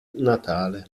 natale